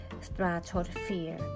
stratosphere